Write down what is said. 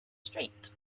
street